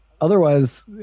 Otherwise